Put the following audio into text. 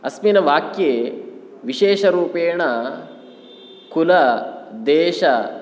अस्मिन् वाक्ये विशेषरूपेण कुल देश